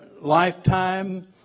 lifetime